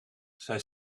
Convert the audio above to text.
zij